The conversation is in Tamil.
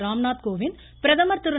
ராம்நாத் கோவிந்த் பிரதமர் திரு